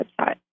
website